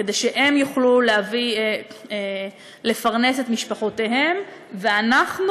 כדי שהם יוכלו לפרנס את משפחותיהם ואנחנו